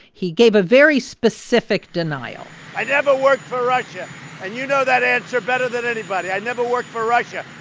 he gave a very specific denial i never worked for russia, and you know that answer better than anybody. i never worked for russia.